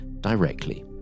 directly